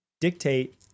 dictate